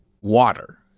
water